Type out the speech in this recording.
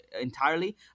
entirely